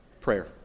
Prayer